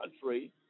country